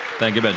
thank you, benji.